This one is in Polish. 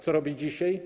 Co robi dzisiaj?